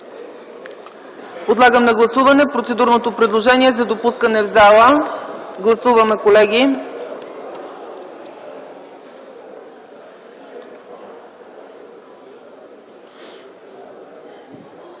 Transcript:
Подлагам на гласуване процедурното предложение за допускане в залата. Гласуваме, колеги.